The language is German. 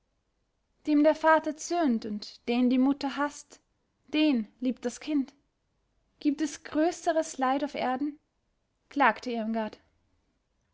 dem der vater zürnt und den die mutter haßt den liebt das kind gibt es größeres leid auf erden klagte